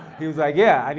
he was like, yeah, i mean